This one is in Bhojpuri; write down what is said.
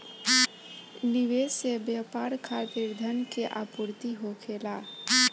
निवेश से व्यापार खातिर धन के आपूर्ति होखेला